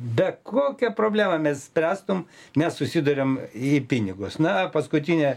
be kokią problemą mes spręstum mes susiduriam į pinigus na paskutinę